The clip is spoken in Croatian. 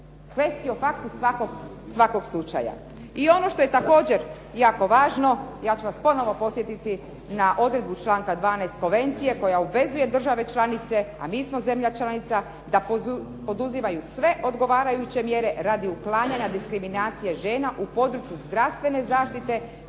razumije./… svakog slučaja. I ono što je također jako važno, ja ću vas ponovno podsjetiti na odredbu članka 12. konvencije koja obvezuje države članice, a mi smo zemlja članica, da poduzimaju sve odgovarajuće mjere radi uklanjanja diskriminacije žena u području zdravstvene zaštite